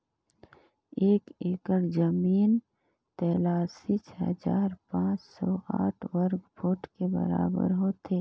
एक एकड़ जमीन तैंतालीस हजार पांच सौ साठ वर्ग फुट के बराबर होथे